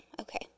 okay